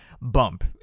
bump